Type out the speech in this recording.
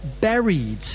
buried